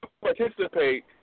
participate